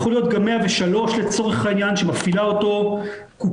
יכול להיות גם 103 לצורך העניין שמפעילה אותו קופת